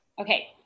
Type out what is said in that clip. Okay